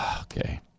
Okay